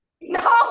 No